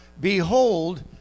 behold